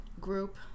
group